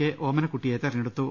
K ഓമനക്കുട്ടിയെ തിരഞ്ഞെടുത്തു